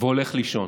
והולך לישון.